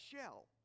shell